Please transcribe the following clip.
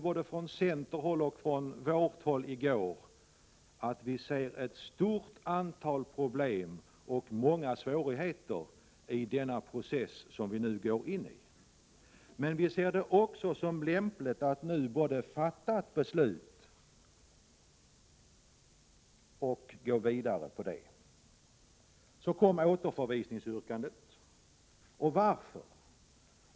Både från centerhåll och från socialdemokratiskt håll uttrycktes i går att vi ser ett antal problem och många svårigheter i den process som vi nu går in i. Vi tycker dock att det är lämpligt att både fatta ett beslut och gå vidare. Sedan kom då återförvisningsyrkandet.